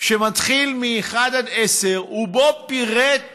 מ-1 עד 10, ובו פירט